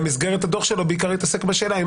במסגרת הדוח שלו בעיקר התעסק בשאלה האם